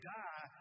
die